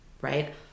right